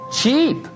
cheap